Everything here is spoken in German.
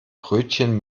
brötchen